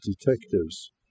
detectives